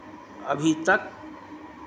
अभी तक